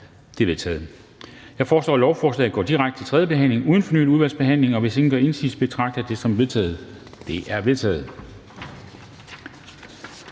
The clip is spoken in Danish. Det er forkastet. Jeg foreslår, at lovforslaget går direkte til tredje behandling uden fornyet udvalgsbehandling, og hvis ingen gør indsigelse, betragter jeg det som vedtaget. Det er vedtaget.